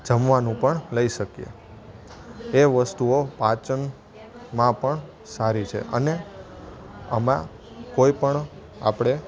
જમવાનું પણ લઈ શકીએ એ વસ્તુઓ પાચનમાં પણ સારી છે અને આમાં કોઈ પણ આપણે